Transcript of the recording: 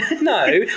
No